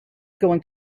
going